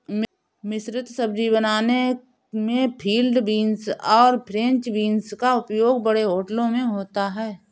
मिश्रित सब्जी बनाने में फील्ड बींस और फ्रेंच बींस का उपयोग बड़े होटलों में होता है